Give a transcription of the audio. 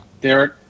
Derek